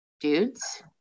dudes